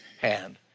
hand